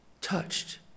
touched